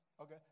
Okay